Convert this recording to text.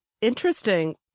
interesting